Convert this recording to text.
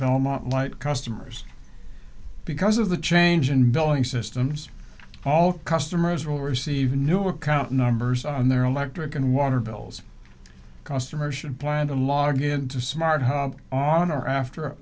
belmont light customers because of the change in billing systems all customers will receive new account numbers on their electric and water bills cost her should plan to log into smart on or after